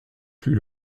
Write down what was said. plus